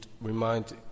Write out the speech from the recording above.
remind